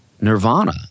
Nirvana